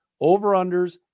over-unders